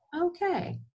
Okay